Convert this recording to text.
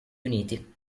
uniti